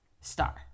star